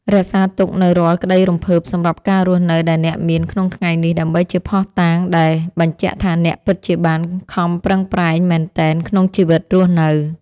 រក្សាទុកនូវរាល់ក្ដីរំភើបសម្រាប់ការរស់នៅដែលអ្នកមានក្នុងថ្ងៃនេះដើម្បីជាភស្តុតាងដែលបញ្ជាក់ថាអ្នកពិតជាបានខំប្រឹងប្រែងមែនទែនក្នុងជីវិតរស់នៅ។